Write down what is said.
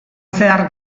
zehar